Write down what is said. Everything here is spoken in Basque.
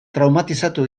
traumatizatu